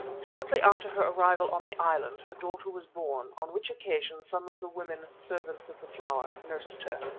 shortly after her arrival on the island her daughter was born, on which occasion some of the women servants of the flower nursed her.